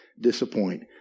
disappoint